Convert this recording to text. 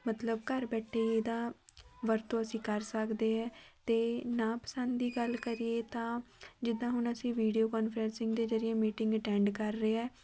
ਮਤਲਬ ਘਰ ਬੈਠੇ ਇਹਦਾ ਵਰਤੋਂ ਅਸੀਂ ਕਰ ਸਕਦੇ ਹੈ ਅਤੇ ਨਾ ਪਸੰਦ ਦੀ ਗੱਲ ਕਰੀਏ ਤਾਂ ਜਿੱਦਾਂ ਹੁਣ ਅਸੀਂ ਵੀਡੀਓ ਕੋਂਨਫਰੈਸਿੰਗ ਦੇ ਜ਼ਰੀਏ ਮੀਟਿੰਗ ਅਟੈਂਡ ਕਰ ਰਹੇ ਹੈ